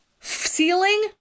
Ceiling